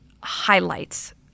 highlights